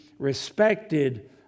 respected